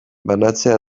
banantzea